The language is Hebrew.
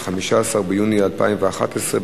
15 ביוני 2011,